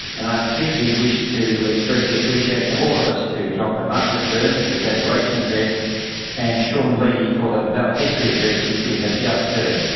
and i particularly wish to express the appreciation of all of us to dr. margaret byrne for the graduation address and shawn lee for the valedictory address which we have just heard.